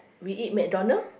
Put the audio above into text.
we eat McDonald